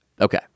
Okay